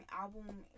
album